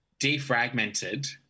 defragmented